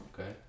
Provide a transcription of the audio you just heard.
Okay